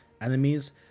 enemies